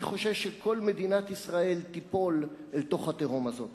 אני חושש שכל מדינת ישראל תיפול לתוך התהום הזאת.